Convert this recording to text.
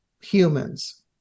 humans